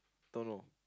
don't know